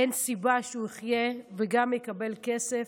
אין סיבה שהוא יחיה וגם יקבל כסף.